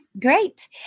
Great